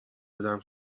آدم